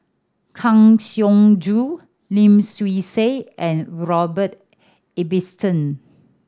Kang Siong Joo Lim Swee Say and Robert Ibbetson